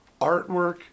artwork